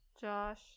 Josh